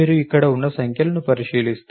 మీరు ఇక్కడ ఉన్న సంఖ్యలను పరిశీలిస్తే